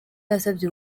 yasabye